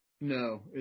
No